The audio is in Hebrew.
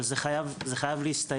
אבל זה חייב להסתיים.